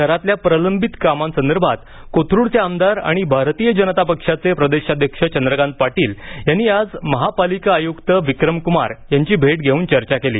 शहरातल्या प्रलंबित कामांसंदर्भात कोथरूडचे आमदार आणि भारतीय जनता पक्षाचे प्रदेशाध्यक्ष चंद्रकांत पाटील यांनी आज महापालिका आयुक्त विक्रमकुमार यांची भेट घेऊन चर्चा केली